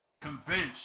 convinced